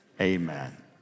amen